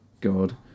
God